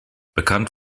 bekannt